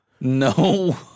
No